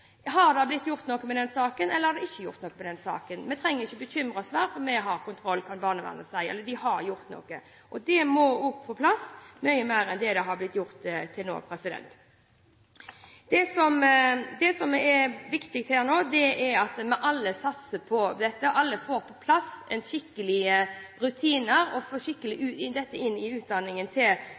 Har det blitt gjort noe med den saken, eller har det ikke blitt gjort noe med den saken? Vi trenger ikke å bekymre oss mer, for vi har kontroll, og vi har gjort noe, kan barnevernet si. Det må også komme på plass, mye bedre enn det det har vært til nå. Det som er viktig her nå, er at vi alle må satse på å få på plass skikkelige rutiner og få dette inn i utdanningen til